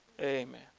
Amen